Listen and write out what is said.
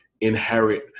inherit